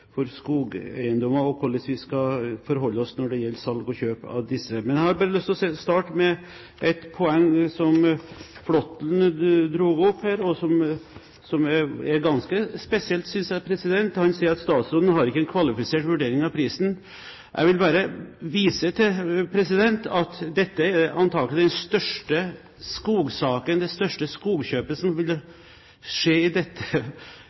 for skogeiendommer og hvordan vi skal forholde oss når det gjelder salg og kjøp av disse. Jeg har lyst til å starte med et poeng som Flåtten dro opp, og som er ganske spesielt, synes jeg. Han sier at statsråden ikke har en kvalifisert vurdering av prisen. Jeg vil bare vise til at dette antakelig vil være den største skogsaken, det største skogkjøpet, i dette